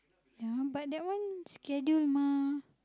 ya but that one schedule mah